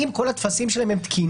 אם כל הטפסים שלהם תקינים,